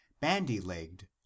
bandy-legged